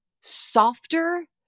softer